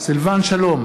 סילבן שלום,